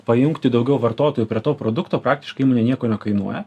pajungti daugiau vartotojų prie to produkto praktiškai ne nieko nekainuoja